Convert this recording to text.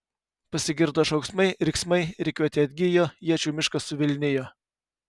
pasigirdo šauksmai riksmai rikiuotė atgijo iečių miškas suvilnijo